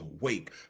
awake